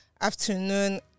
afternoon